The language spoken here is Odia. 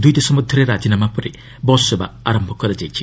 ଦୁଇ ଦେଶ ମଧ୍ୟରେ ରାଜିନାମା ପରେ ବସ୍ ସେବା ଆରମ୍ଭ କରାଯାଇଛି